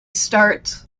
start